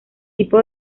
tipo